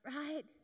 right